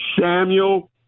Samuel